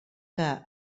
que